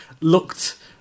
looked